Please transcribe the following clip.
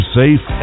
safe